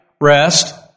Rest